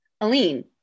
Aline